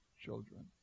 children